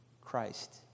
Christ